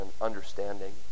understanding